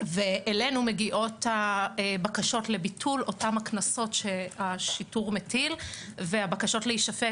אלינו מגיעות הבקשות לביטול אותם קנסות שהשיטור מטיל והבקשות להישפט,